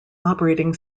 operating